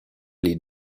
les